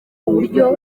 buryo